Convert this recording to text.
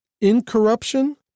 incorruption